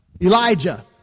Elijah